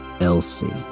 Elsie